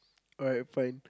alright fine